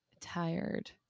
tired